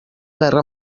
guerra